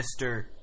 Mr